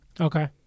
Okay